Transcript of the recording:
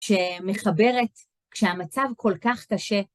שמחברת, כשהמצב כל כך קשה...